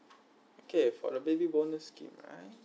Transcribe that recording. okay for the baby bonus scheme right